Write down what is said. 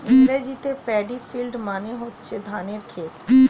ইংরেজিতে paddy field মানে হচ্ছে ধানের ক্ষেত